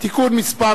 (תיקון מס'